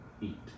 eat